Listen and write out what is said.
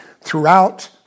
throughout